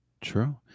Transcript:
True